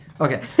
okay